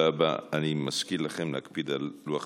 תודה רבה.